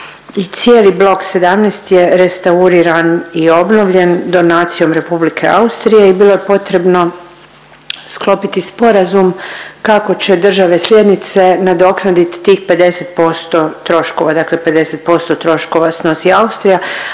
cijeli blok 17 je restauriran i obnovljen donacijom Republike Austrije i bilo je potrebno sklopiti sporazum kako će države sljednice nadoknadit tih 50% troškova dakle 50% troškova snosi Austrija,